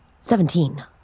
Seventeen